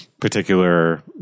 particular